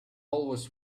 always